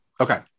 Okay